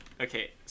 Okay